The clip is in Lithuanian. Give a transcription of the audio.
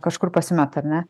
kažkur pasimeta ar ne